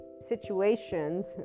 situations